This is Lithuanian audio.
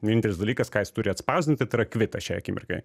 vienintelis dalykas ką jis turi atspausdinti tai yra kvitas šiai akimirkai